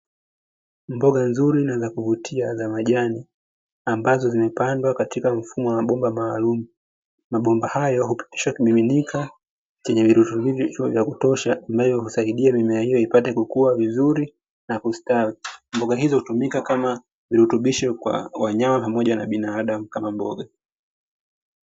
Mboga nzuri na za kuvutia za majani ambazo zimepandwa katika mfumo wa bomba maalumu. Mabomba hayo hupitisha kimiminika chenye virutubisho vya kutosha ambavyo usaidia mimea hiyo ipate kukua vizuri na kustawi. mboga hizo hutumika kama virutubisho kwa wanyama pamoja na binadamu kama mboga.